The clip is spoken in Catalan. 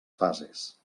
fases